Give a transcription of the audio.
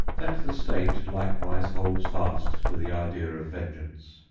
that the state likewise holds fast to the idea of vengeance,